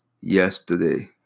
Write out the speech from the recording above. yesterday